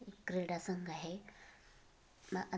क्रीडा संघ आहे म अन